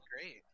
great